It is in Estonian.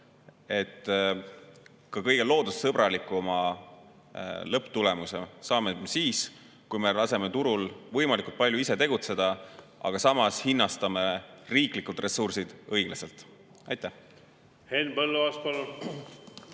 et kõige loodussõbralikuma lõpptulemuse saame siis, kui me laseme turul võimalikult palju ise tegutseda, aga samas hinnastame riiklikke ressursse õiglaselt. Aitäh